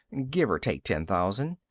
give or take ten thousand.